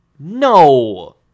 no